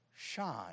Shine